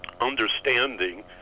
understanding